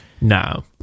No